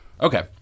Okay